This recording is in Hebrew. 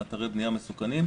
לאתרי בנייה מסוכנים.